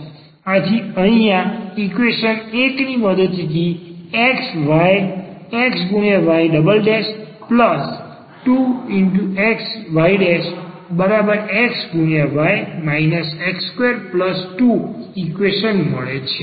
આથી અહિયાં ઈક્વેશન 1 ની મદદથી આપણે xy2yxy x22 ઈક્વેશન મળે છે